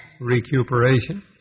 recuperation